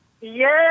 Yes